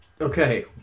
Okay